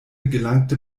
gelangte